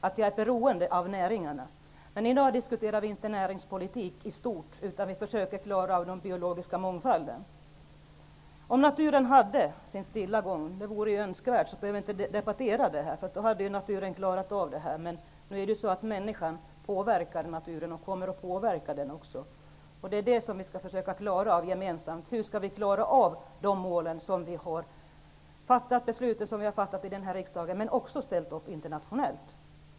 Det är jag mycket väl medveten om. I dag diskuterar vi inte näringspolitik i stort, utan vi försöker klara av den biologiska mångfalden. Om naturen hade sin stilla gång -- det vore ju önskvärt -- behövde vi inte debattera detta. Då hade ju naturen klarat av det. Men nu är det ju så att människan påverkar naturen och kommer att påverka den även i fortsättningen. Det är detta som vi gemensamt skall försöka klara av. Hur skall vi klara av de mål som vi har fattat beslut om här i riksdagen och även ställt upp internationellt?